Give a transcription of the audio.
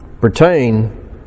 pertain